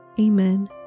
Amen